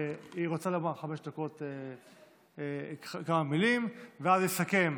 היא רוצה לומר חמש דקות כמה מילים ואז יסכם